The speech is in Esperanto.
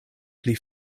pli